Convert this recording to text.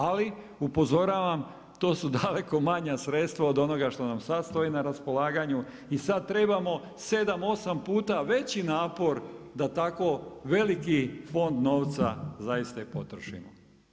Ali upozoravam, to su daleko manja sredstva od onoga što nam sada stoji na raspolaganju i sada trebamo sedam, osam puta veći napor da tako veliki fond novca zaista i potrošimo.